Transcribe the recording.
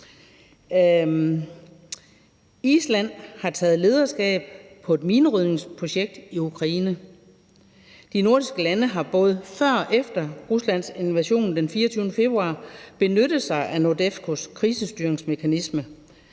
Island har taget lederskab på et minerydningsprojekt i Ukraine. De nordiske lande har både før og efter Ruslands invasion den 24. februar 2022 benyttet sig af NORDEFCOs krisestyringsmekanisme,